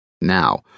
Now